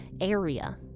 area